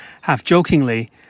half-jokingly